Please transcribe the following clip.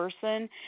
person